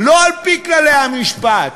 לא על-פי כללי המשפט,